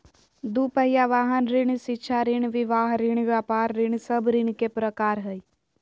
दू पहिया वाहन ऋण, शिक्षा ऋण, विवाह ऋण, व्यापार ऋण सब ऋण के प्रकार हइ